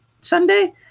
Sunday